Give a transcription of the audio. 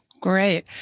Great